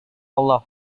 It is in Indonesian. allah